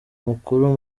mukuru